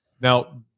Now